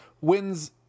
wins